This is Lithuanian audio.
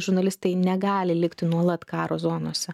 žurnalistai negali likti nuolat karo zonose